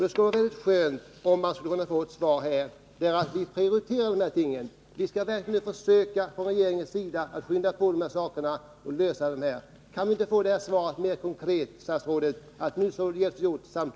Det skulle vara väldigt skönt om vi kunde få ett svar här, att man prioriterar de här tingen, att man verkligen från regeringens sida skall försöka skynda på att lösa frågorna. Kan vi inte få detta svar mera konkret av statsrådet, att vi nu samtliga hjälps åt?